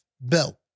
belt